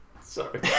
Sorry